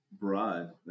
broad